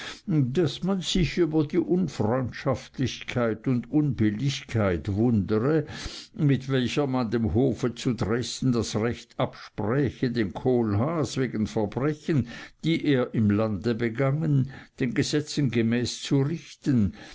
daß man sich über die unfreundschaftlichkeit und unbilligkeit wundere mit welcher man dem hofe zu dresden das recht abspräche den kohlhaas wegen verbrechen die er im lande begangen den gesetzen gemäß zu richten